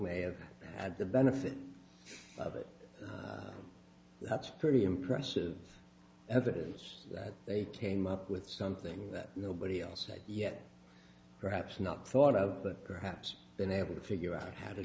have had the benefit of it that's pretty impressive as it is that they came up with something that nobody else yet perhaps not thought of that perhaps been able to figure out how to